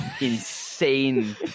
insane